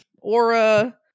aura